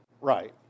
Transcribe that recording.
right